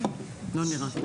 לא נראה.